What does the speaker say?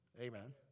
amen